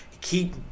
Keep